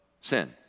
sin